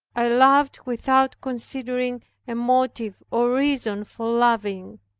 i loved without considering a motive or reason for loving.